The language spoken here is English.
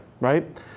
right